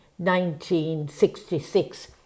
1966